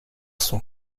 son